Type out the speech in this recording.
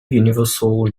universal